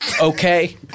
Okay